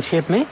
संक्षिप्त समाचार